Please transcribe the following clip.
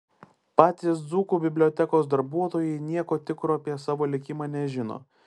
patys dzūkų bibliotekos darbuotojai nieko tikro apie savo likimą nežino